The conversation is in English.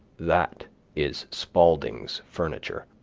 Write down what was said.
that is spaulding's furniture.